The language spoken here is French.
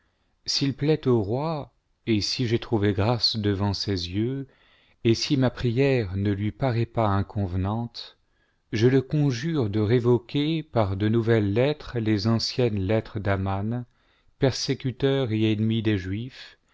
s'il plaît au roi et si j'ai trouvé grâce devant ses yeux et si ma prière ne lui paraît pas inconvenante je le conjure do révoquer par de nouvelles lettres les anciennes lettres d'aman persécuteur et ennemi des juifs